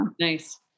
Nice